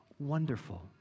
Wonderful